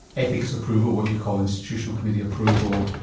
ethics approval, what you call institutional committee approval,